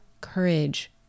courage